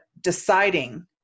deciding